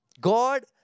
God